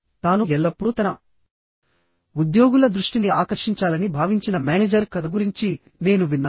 తాను ఎల్లప్పుడూ తన ఉద్యోగుల దృష్టిని ఆకర్షించాలని భావించిన మేనేజర్ కథ గురించి నేను విన్నాను